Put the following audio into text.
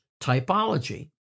typology